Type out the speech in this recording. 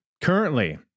Currently